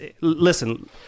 Listen